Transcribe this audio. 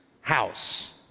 house